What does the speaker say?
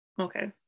Okay